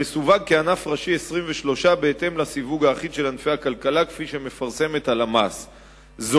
המסווג כענף ראשי 23 בסיווג האחיד של ענפי הכלכלה שהלמ"ס מפרסמת,